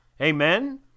Amen